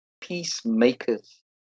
peacemakers